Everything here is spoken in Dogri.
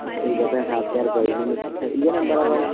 ठीक ऐ सर सत्त ज्हार करी ओड़ना में तुसें ई इ'यै नंबर ऐ सर थुआढ़ा